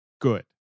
good